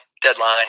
deadline